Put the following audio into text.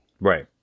Right